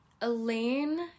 Elaine